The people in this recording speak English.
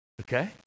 Okay